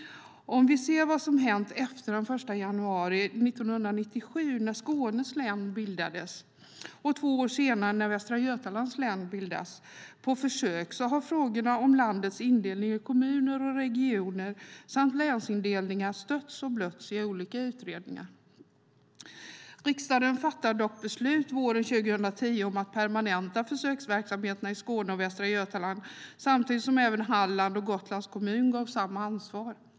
Vi kan se på vad som har hänt efter den 1 januari 1997, när Skåne län bildades på försök, och två år senare, när Västra Götalands län bildades på försök. Frågorna om landets indelning i kommuner och regioner samt länsindelningar har stötts och blötts i olika utredningar. Riksdagen fattade dock beslut våren 2010 om att permanenta försöksverksamheterna i Skåne och Västra Götaland samtidigt som även Halland och Gotlands kommun gavs samma ansvar.